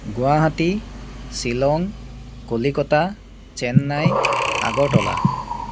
Guwahati Shillong Kolkata Chennai Agartala